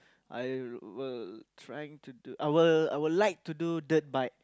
I will trying to do I will I will like to do dirt bike